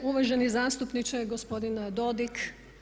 Uvaženi zastupniče, gospodine Dodig!